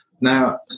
Now